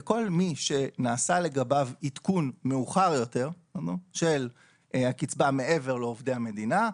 לכל מי שנעשה לגביו עדכון מאוחר יותר של הקצבה מעבר לעובדי המדינה,